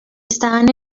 estaban